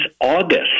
August